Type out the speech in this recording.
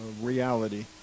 reality